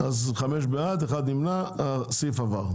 הצבעה אושר חמש בעד, אחד נמנע הסעיף עבר.